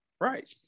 Right